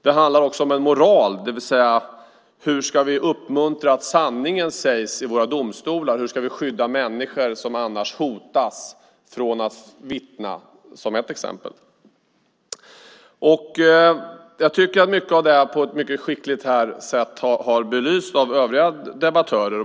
Det handlar också om en moral, det vill säga: Hur ska vi uppmuntra att sanningen sägs i våra domstolar? Hur ska vi skydda människor som annars hotas när de ska vittna? Det är ett exempel. Jag tycker att mycket av detta på ett mycket skickligt sätt har belysts av övriga debattörer.